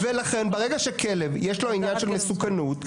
ולכן ברגע שכלב יש לו עניין של מסוכנות,